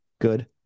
good